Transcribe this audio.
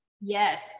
Yes